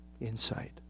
insight